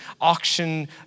Auction